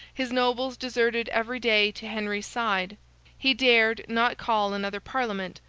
his nobles deserted every day to henry's side he dared not call another parliament,